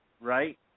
right